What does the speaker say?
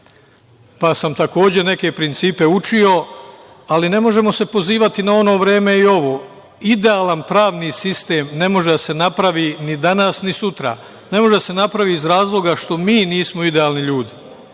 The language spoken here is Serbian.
pa sam takođe neke principe učio, ali ne možemo se pozivati na ono vreme i ovo, idealan pravni sistem ne može da se napravi ni danas ni sutra. Ne može da se napravi iz razloga zato što mi nismo idealni ljudi. Kada